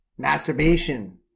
masturbation